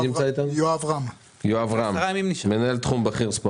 יואב רם, מנהל תחום בכיר, ספורט.